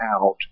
out